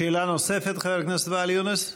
שאלה נוספת, חבר הכנסת ואאל יונס?